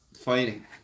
fighting